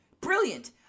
Brilliant